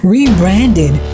Rebranded